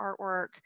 artwork